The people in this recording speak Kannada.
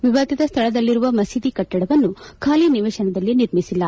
ವಿವಾದಿತ ಸ್ವಳದಲ್ಲಿರುವ ಮಸೀದಿ ಕಟ್ಟಡವನ್ನು ಖಾಲಿ ನಿವೇಶನದಲ್ಲಿ ನಿರ್ಮಿಸಿಲ್ಲ